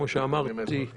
וגורמים אזרחיים.